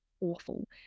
awful